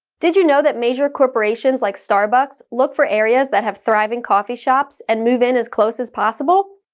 did you know that major corporations like starbucks look for areas that have thriving coffee shops and move in as close as possible?